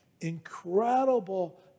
incredible